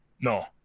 no